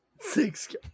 Six